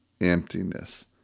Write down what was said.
emptiness